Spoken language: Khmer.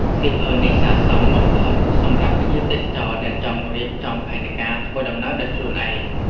សៀវភៅនេះស័ក្តិសមបំផុតសម្រាប់ភ្ញៀវទេសចរដែលចង់រៀបចំផែនការធ្វើដំណើរដោយខ្លួនឯង។